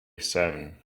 seven